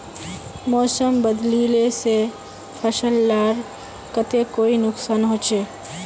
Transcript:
मौसम बदलिले से फसल लार केते कोई नुकसान होचए?